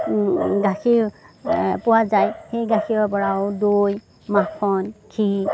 গাখীৰ পোৱা যায় সেই গাখীৰৰ পৰাও দৈ মাখন ঘিঁ